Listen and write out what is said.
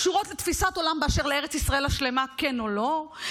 קשורות לתפיסת עולם באשר לארץ ישראל השלמה כן או לא,